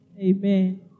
Amen